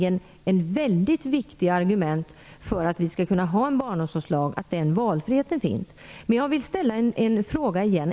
Ett väldigt viktigt argument för att vi skall kunna ha en barnomsorgslag är nämligen att valfrihet finns.